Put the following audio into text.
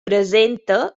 presenta